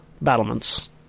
battlements